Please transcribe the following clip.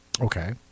Okay